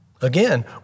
Again